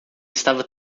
estava